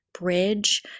bridge